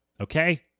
Okay